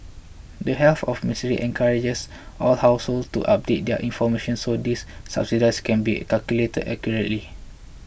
the Health of Ministry encourages all households to update their information so these subsidies can be calculated accurately